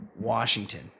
Washington